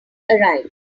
arrived